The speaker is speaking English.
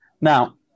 Now